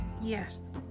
Yes